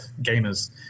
gamers